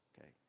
okay